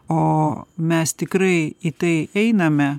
o mes tikrai į tai einame